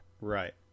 right